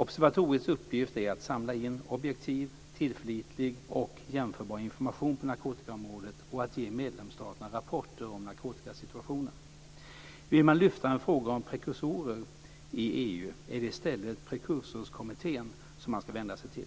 Observatoriets uppgift är att samla in objektiv, tillförlitlig och jämförbar information på narkotikaområdet och att ge medlemsstaterna rapporter om narkotikasituationen. Vill man "lyfta" en fråga om prekursorer i EU är det i stället prekursorskommittén man ska vända sig till.